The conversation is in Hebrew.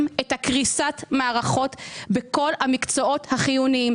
את קריסת המערכות בכל המקצועות החיוניים.